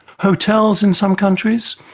hotels in some countries,